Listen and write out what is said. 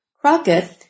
Crockett